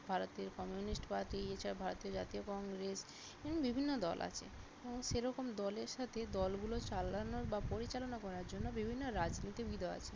ভারতীয় communist party এছাড়া ভারতের জাতীয় কংগ্রেস এরম বিভিন্ন দল আছে এবং সেরকম দলের সাথে দলগুলো চালানোর বা পরিচালনা করার জন্য বিভিন্ন রাজনীতিবিদও আছে